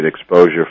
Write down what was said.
exposure